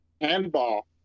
Handball